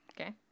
Okay